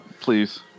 please